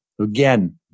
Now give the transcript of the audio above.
Again